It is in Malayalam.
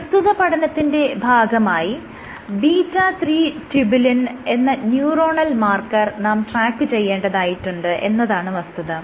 പ്രസ്തുത പഠനത്തിന്റെ ഭാഗമായി ബീറ്റ 3 ട്യൂബുലിൻ എന്ന ന്യൂറോണൽ മാർക്കർ നാം ട്രാക്കുചെയ്യേണ്ടതായിട്ടുണ്ട് എന്നതാണ് വസ്തുത